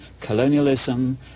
colonialism